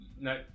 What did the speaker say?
No